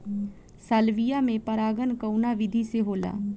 Salvia में परागण कउना विधि से होला?